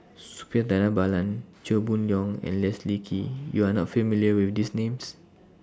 Suppiah Dhanabalan Chia Boon Leong and Leslie Kee YOU Are not familiar with These Names